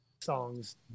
songs